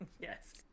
Yes